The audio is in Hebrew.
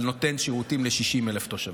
אבל נותן שירותים ל-60,000 תושבים,